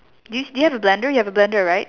do you do you have a blender you have a blender right